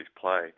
play